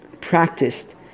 practiced